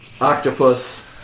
Octopus